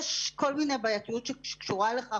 יש בעייתיות שקשורה לכך.